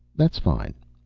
that's fine.